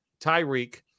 Tyreek